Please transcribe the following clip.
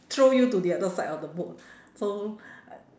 throw you to the other side of the boat so